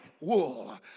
wool